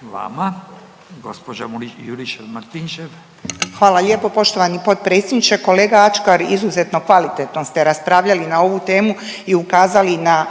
Branka (HDZ)** Hvala lijepo poštovani potpredsjedniče. Kolega Ačkar izuzetno kvalitetno ste raspravljali na ovu temu i ukazali na